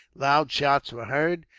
loud shouts were heard,